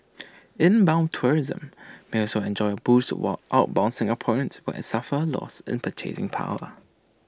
inbound tourism may also enjoy A boost while outbound Singaporeans will suffer A loss in purchasing power